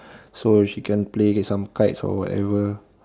so she can play some kites or whatever